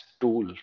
tool